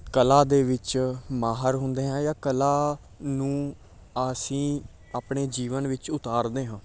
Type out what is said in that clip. ਕਲਾ ਦੇ ਵਿੱਚ ਮਾਹਰ ਹੁੰਦੇ ਹਾਂ ਜਾਂ ਕਲਾ ਨੂੰ ਅਸੀਂ ਆਪਣੇ ਜੀਵਨ ਵਿੱਚ ਉਤਾਰਦੇ ਹਾਂ